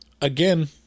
Again